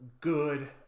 good